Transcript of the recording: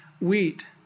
wheat